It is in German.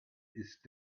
ist